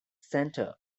center